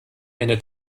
eine